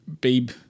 babe